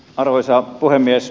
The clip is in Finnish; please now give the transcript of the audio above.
arvoisa puhemies